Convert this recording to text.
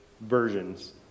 versions